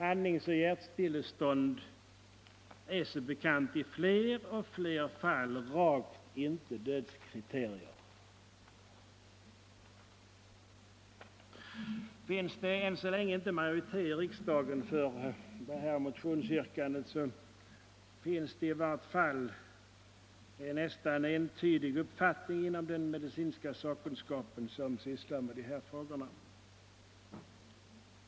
Andningsoch hjärtstillestånd är som bekant i fler och fler fall rakt inte dödskriterier. Finns det ännu så länge inte majoritet i riksdagen för detta motionsyrkande, så finns det i vart fall en nästan entydig uppfattning inom den medicinska sakkunskap som sysslar med de här frågorna.